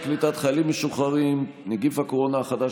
קליטת חיילים משוחררים (נגיף הקורונה החדש,